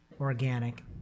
organic